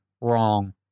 wrong